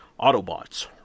Autobots